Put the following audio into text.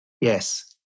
Yes